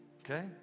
okay